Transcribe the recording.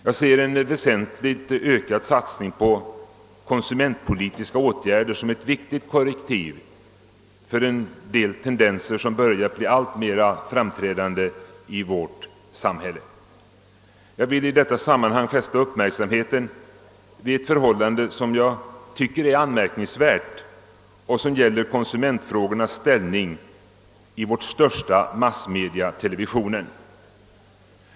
Jag ser en väsentligt ökad satsning på konsumentpolitiska åtgärder såsom ett viktigt korrektiv för en del tendenser som har börjat bli alltmer framträdande i vårt samhälle. Jag vill i detta sammanhang fästa uppmärksamheten vid ett förhållande, som jag tycker är anmärkningsvärt och som gäller konsumentfrågornas ställning i vårt största massmedium, nämligen televisionen.